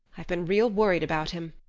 i've been real worried about him,